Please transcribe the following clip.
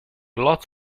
lots